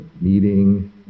meeting